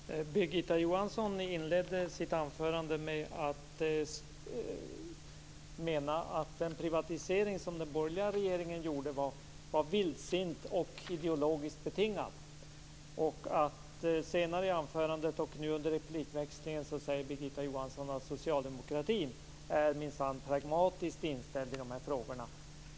Herr talman! Birgitta Johansson inledde sitt anförande med att mena att den privatisering som den borgerliga regeringen genomförde var vildsint och ideologiskt betingad. Senare i anförandet, och också nu under replikväxlingen, säger Birgitta Johansson att socialdemokratin minsann är pragmatiskt inställd i de här frågorna.